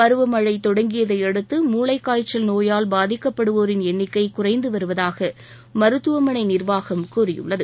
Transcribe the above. பருவமனழ தொடங்கியதையடுத்து மூளைக்காய்ச்சல் நோயால் பாதிக்கப்படுவோரின் எண்ணிக்கை குறைந்துவருவதாக மருத்துவமனை நிர்வாகம் கூறியுள்ளது